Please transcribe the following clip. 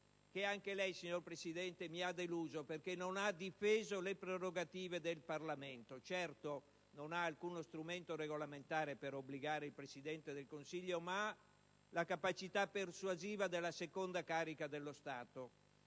che anche lei, signor Presidente, mi ha deluso, perché non ha difeso le prerogative del Parlamento. Certo, non ha alcuno strumento regolamentare per obbligare il Presidente del Consiglio, ma ha la capacità persuasiva della seconda carica dello Stato.